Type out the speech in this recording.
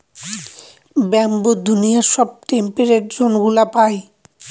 bamboo দুনিয়ার সব temperate জোনগুলা পায়